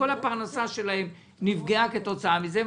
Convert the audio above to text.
כל הפרנסה שלהם נפגעה כתוצאה מזה.